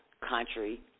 country